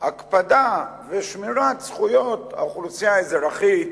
הקפדה ושמירת זכויות האוכלוסייה האזרחית